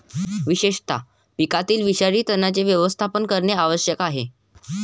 विशेषतः पिकातील विषारी तणांचे व्यवस्थापन करणे आवश्यक आहे